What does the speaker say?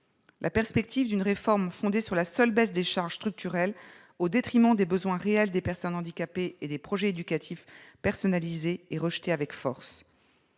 La perspective d'une réforme fondée sur la seule baisse des charges structurelles au détriment des besoins réels des personnes handicapées et des projets éducatifs personnalisés est rejetée avec force.